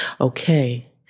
okay